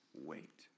wait